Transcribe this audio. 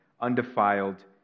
undefiled